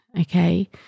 Okay